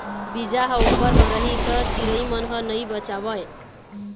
बीजा ह उप्पर म रही त चिरई मन ह नइ बचावय